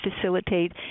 facilitate